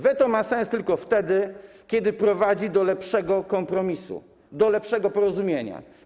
Weto ma sens tylko wtedy, kiedy prowadzi do lepszego kompromisu, do lepszego porozumienia.